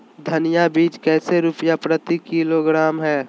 धनिया बीज कैसे रुपए प्रति किलोग्राम है?